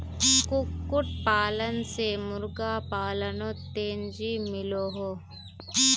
कुक्कुट पालन से मुर्गा पालानोत तेज़ी मिलोहो